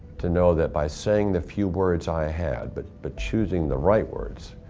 to know that by saying the few words i had, but but choosing the right words,